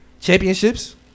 Championships